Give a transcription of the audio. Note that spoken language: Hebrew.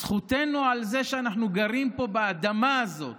זכותנו על זה שאנחנו גרים פה, באדמה הזאת,